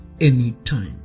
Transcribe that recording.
anytime